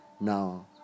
Now